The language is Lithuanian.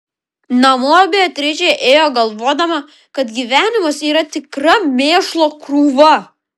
namo beatričė ėjo galvodama kad gyvenimas yra tikra mėšlo krūva